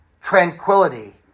tranquility